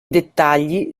dettagli